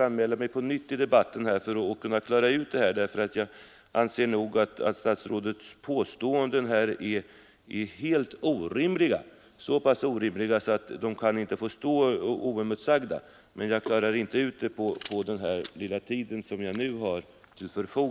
anmäla mig på nytt i debatten för att klara ut detta. Statsrådets 29 november 1972 påståenden här är nämligen helt orimliga, så pass orimliga att de inte kan Der SME = få stå oemotsagda, men jag hinner inte bemöta dem på den korta tid jag Den orEA iga trafiksar § politiken, m.m. nu har till förfogande. Det är omöjligt att i ett kort genmäle hinna besvara alla de frågor och bemöta alla de påståenden som statsrådet gjorde. Det är möjligt att jag